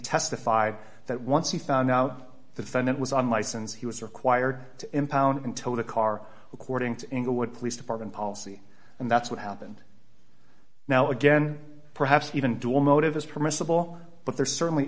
testified that once he found out the defendant was on license he was required to impound it until the car according to inglewood police department policy and that's what happened now again perhaps even to all motive is permissible but there certainly